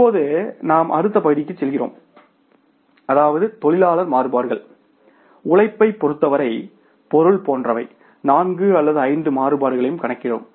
இப்போது நாம் அடுத்த பகுதிக்குச் செல்கிறோம் அதாவது தொழிலாளர் மாறுபாடுகள் உழைப்பைப் பொறுத்தவரை பொருள் போன்றவை நான்கு அல்லது ஐந்து மாறுபாடுகளையும் கணக்கிடுகிறோம்